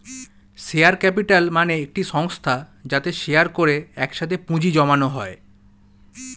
share capital মানে একটি সংস্থা যাতে শেয়ার করে একসাথে পুঁজি জমানো হয়